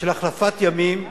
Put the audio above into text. של החלפת ימים,